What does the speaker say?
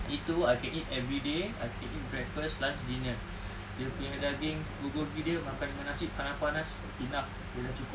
itu I can eat everyday I can eat breakfast lunch dinner dia punya daging bulgogi dia makan dengan nasi panas-panas enough ialah cukup